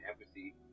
empathy